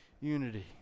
unity